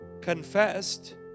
confessed